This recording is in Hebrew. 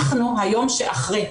אנחנו היום שאחרי.